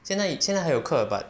现在现在还有课 but